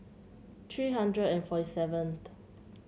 three hundred and forty seventh